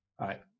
right